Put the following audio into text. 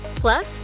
Plus